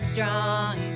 Strong